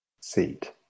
seat